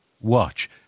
watch